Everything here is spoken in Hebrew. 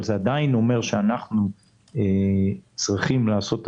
אבל זה עדיין אומר שאנחנו צריכים לעשות את